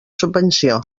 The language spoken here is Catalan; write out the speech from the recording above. subvenció